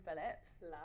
Phillips